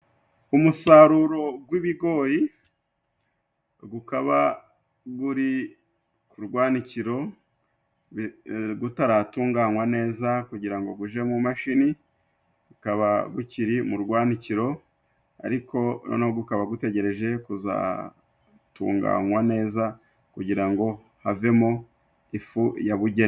Umusaruro gw'ibigori, gukaba guri ku rwanikiro gutaratunganywa neza kugira ngo guje mu mashini, gukaba gukiri mu rwanikiro ariko noneho gukaba gutegereje kuzatunganywa neza kugira ngo havemo ifu yabugenewe.